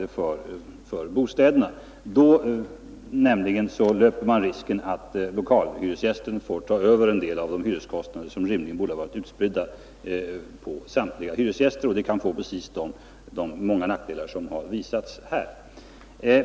Då löper man nämligen risken att lokalhyresgästen får ta över en del av de hyreskostnader som borde varit utspridda över samtliga hyresgäster. Det kan ge precis de många nackdelar som visats här.